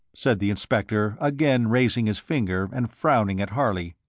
said the inspector, again raising his finger and frowning at harley,